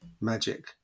magic